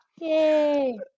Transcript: Yay